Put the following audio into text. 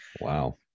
Wow